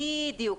בדיוק.